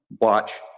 watch –